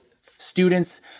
students